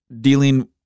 dealing